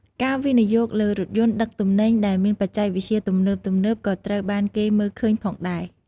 ការវិនិយោគលើរថយន្តដឹកទំនិញដែលមានបច្ចេកវិទ្យាទំនើបៗក៏ត្រូវបានគេមើលឃើញផងដែរ។